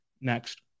next